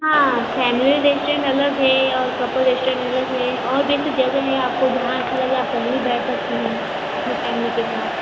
हाँ family restaurant अलग है और कपल रेस्टोरेंट अलग है और भी अच्छी जगह है आपको जहाँ अच्छा लगे आप कहीं भी बैठ सकती हैं अपनी फैमिली के साथ